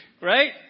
right